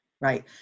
Right